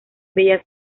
bellas